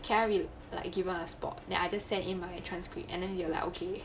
can I read like given a spot then I just send in my transcript and then they were like okay